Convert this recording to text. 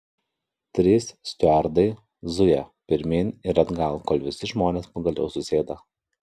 trys stiuardai zuja pirmyn ir atgal kol visi žmonės pagaliau susėda